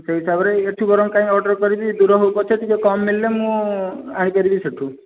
ସେହିଇ ହିସାବ ରେ ଏହିଠୁ ବରଂ କାଇଁ ଅର୍ଡର କରିବି ଦୂର ହେଉ ପଛେ ଟିକେ କମ୍ ମିଳିଲେ ମୁଁ ଆଣିପାରିବି ସେହିଠୁ